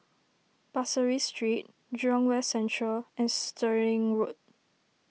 Pasir Ris Street Jurong West Central and Stirling Road